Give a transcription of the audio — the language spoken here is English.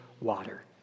water